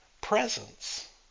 presence